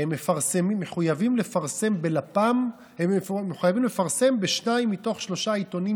מחויבים לפרסם בשניים מתוך שלושת העיתונים